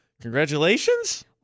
congratulations